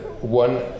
One